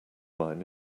mine